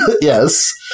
Yes